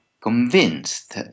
convinced